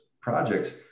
projects